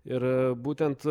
ir būtent